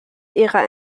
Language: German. ihrer